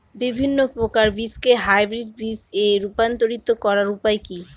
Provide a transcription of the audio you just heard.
বিভিন্ন প্রকার বীজকে হাইব্রিড বীজ এ রূপান্তরিত করার উপায় কি?